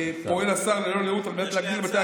פועל השר ללא לאות על מנת להגדיל את בתי